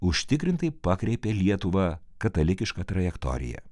užtikrintai pakreipė lietuvą katalikiška trajektorija